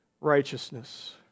righteousness